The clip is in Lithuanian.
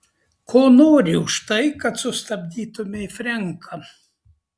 ko nori už tai kad sustabdytumei frenką